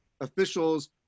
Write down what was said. officials